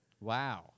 Wow